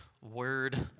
word